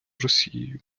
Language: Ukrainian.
росією